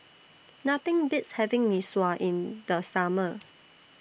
Nothing Beats having Mee Sua in The Summer